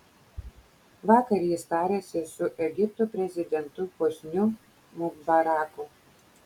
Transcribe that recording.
vakar jis tarėsi su egipto prezidentu hosniu mubaraku